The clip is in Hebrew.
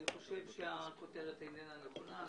אני חושב שהכותרת איננה נכונה.